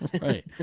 Right